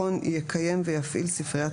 הזמן שיש לנו ולדייק ולעבור על החוק עצמו.